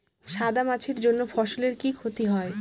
সাদা মাছির জন্য ফসলের কি ক্ষতি হয়?